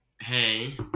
hey